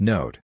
Note